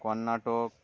Karnataka